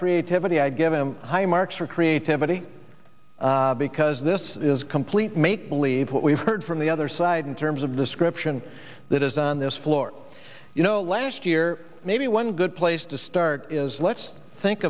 creativity i give him high marks for creativity because this is complete make believe what we've heard from the other side in terms of description that is on this floor you know last year maybe one good place to start is let's think